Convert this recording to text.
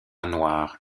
noir